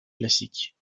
classique